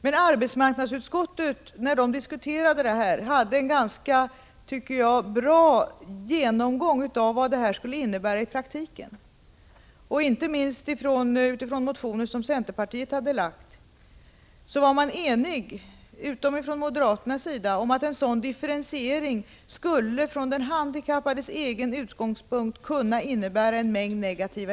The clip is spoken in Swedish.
Men jag tycker att arbetsmarknadsutskottet, när utskottet diskuterade den här frågan, gjorde en bra genomgång av vad detta skulle innebära i praktiken. Inte minst utifrån motioner som centerpartiet hade väckt var utskottet, med undantag av moderaternas företrädare, enigt om att en sådan differentiering skulle kunna få en mängd negativa effekter för den handikappade.